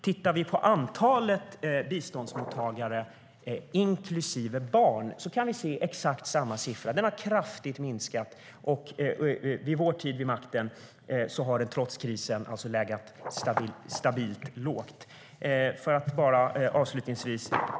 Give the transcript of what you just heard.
Tittar vi på antalet biståndsmottagare, inklusive barn, kan vi se exakt samma siffra. Den har minskat kraftigt. Under vår tid vid makten har den trots krisen legat stabilt lågt.